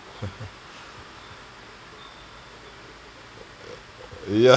ya